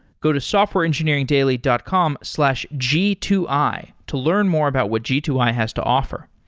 go to softwareengineeringdaily dot com slash g two i to learn more about what g two i has to offer.